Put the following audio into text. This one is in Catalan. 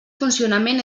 funcionament